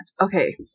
Okay